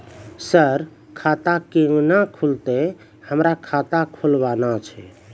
Sir खाता केना खुलतै, हमरा खाता खोलवाना छै?